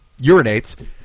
urinates